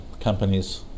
companies